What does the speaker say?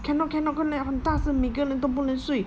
cannot cannot cannot 很大声每个人都不能睡